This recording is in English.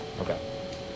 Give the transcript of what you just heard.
Okay